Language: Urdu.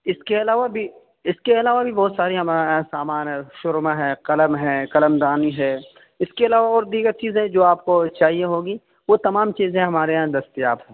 اس کے علاوہ بھی اس کے علاوہ بھی بہت سارے ہمارے یہاں سامان ہیں سرمہ ہے قلم ہے قلم دانی ہے اس کے علاوہ اور دیگر چیزیں جو آپ کو چاہیے ہوگی وہ تمام چیزیں ہمارے یہاں دستیاب ہیں